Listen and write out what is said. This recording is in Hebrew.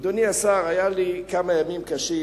אדוני השר, היו לי כמה ימים קשים